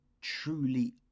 truly